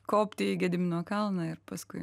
kopti į gedimino kalną ir paskui